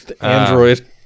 Android